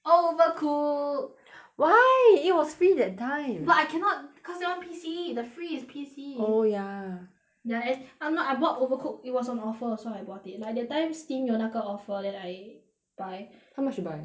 Overcook why it was free that time but I cannot cause that [one] P_C the free is P_C oh ya ya and I'm not I bought Overcook it was on offer so I bought it like that time Steam 有那个 offer then I buy how much you buy